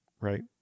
right